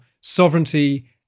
sovereignty